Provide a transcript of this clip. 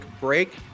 break